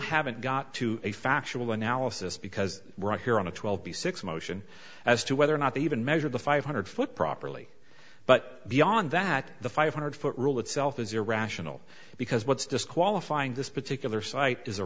haven't got to a factual analysis because we're here on a twelve b six motion as to whether or not they even measure the five hundred foot properly but beyond that the five hundred foot rule itself is irrational because what's disqualifying this particular site is a